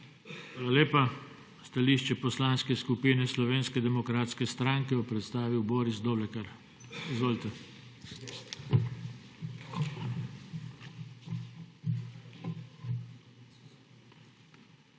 lepa. Stališče Poslanske skupine Slovenske demokratske stranke bo predstavil Boris Doblekar. Izvolite.